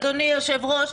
אדוני היושב-ראש,